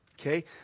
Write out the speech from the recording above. Okay